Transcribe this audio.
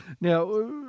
Now